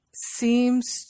seems